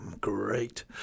Great